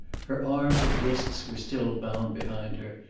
her arms and wrists were still bound behind her,